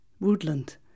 Woodland